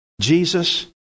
Jesus